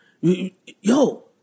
yo